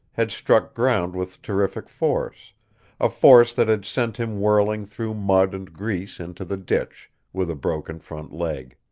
had struck ground with terrific force a force that had sent him whirling through mud and grease into the ditch, with a broken front leg.